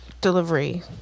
Delivery